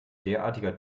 derartiger